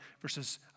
verses